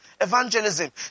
evangelism